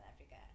Africa